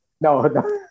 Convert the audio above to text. No